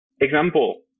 Example